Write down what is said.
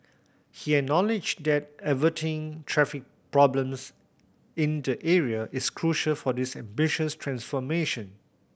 he acknowledged that averting traffic problems in the area is crucial for this ambitious transformation